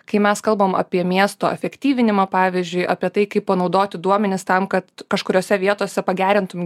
kai mes kalbam apie miesto efektyvinimą pavyzdžiui apie tai kaip panaudoti duomenis tam kad kažkuriose vietose pagerintum